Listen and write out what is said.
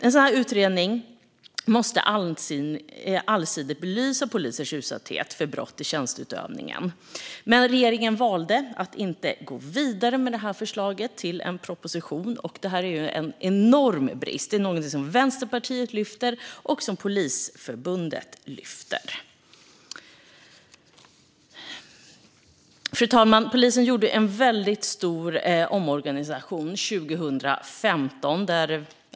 En sådan utredning måste allsidigt belysa polisers utsatthet för brott i tjänsteutövningen. Men regeringen valde att inte gå vidare med förslaget i en proposition. Det är en enorm brist. Det är något som Vänsterpartiet lyfter upp och som Polisförbundet lyfter upp. Fru talman! Polisen gjorde en stor omorganisation 2015.